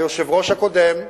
היושב-ראש הקודם גביש,